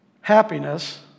happiness